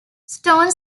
stone